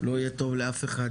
לא יהיה טוב לאף אחד.